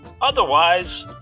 Otherwise